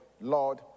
Lord